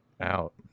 out